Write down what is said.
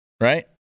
right